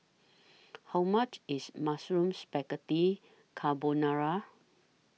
How much IS Mushroom Spaghetti Carbonara